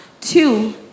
Two